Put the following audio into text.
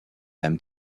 them